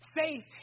faith